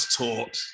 taught